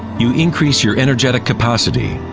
you increase your energetic capacity.